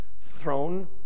throne